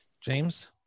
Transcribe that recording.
james